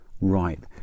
right